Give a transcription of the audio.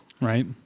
Right